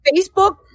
Facebook